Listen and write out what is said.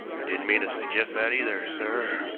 i didn't mean to suggest that, either, sir,